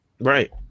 Right